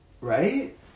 Right